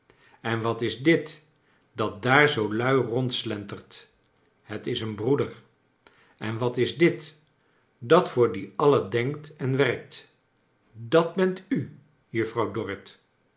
en wat is dit dat daar zoo lui rondslentert het is een broeder en wat is dit dat voor die alien denkt en werkt dat bent u juffrouw dorrit